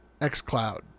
xCloud